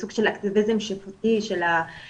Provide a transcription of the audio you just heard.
זה סוג של אקטיביזם שיפוטי של השופט,